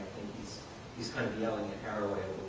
he's he's kind of yelling at haraway a